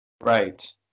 Right